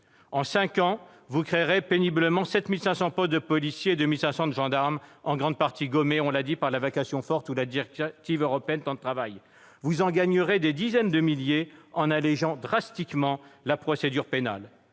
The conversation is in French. En cinq ans, vous créerez péniblement 7 500 postes de policiers et 2 500 postes de gendarmes, en grande partie gommés, on l'a dit, par la vacation forte ou la directive européenne sur le temps de travail. Vous en gagnerez des dizaines de milliers en allégeant drastiquement la procédure pénale.